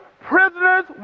prisoners